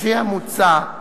לפי המוצע,